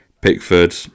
Pickford